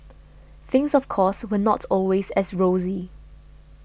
things of course were not always as rosy